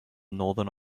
northern